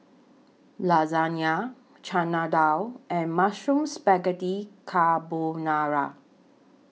Lasagne Chana Dal and Mushroom Spaghetti Carbonara